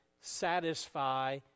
satisfy